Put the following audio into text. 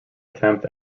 attempt